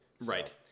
Right